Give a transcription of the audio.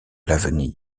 l’avenir